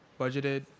budgeted